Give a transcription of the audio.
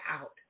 out